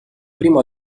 primo